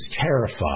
terrified